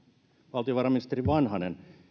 valtiovarainministeri vanhanen